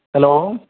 hello